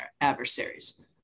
adversaries